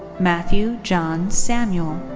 mathew john samuel